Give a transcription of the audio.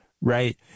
Right